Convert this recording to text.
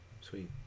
Sweet